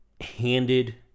handed